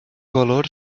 valor